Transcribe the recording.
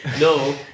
No